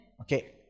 Okay